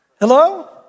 Hello